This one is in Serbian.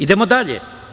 Idemo dalje.